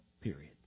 period